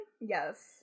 Yes